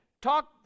talk